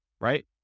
right